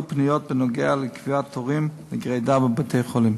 פניות בנוגע לקביעת תורים לגרידה בבתי-חולים.